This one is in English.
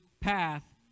path